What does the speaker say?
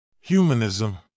Humanism